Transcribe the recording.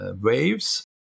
waves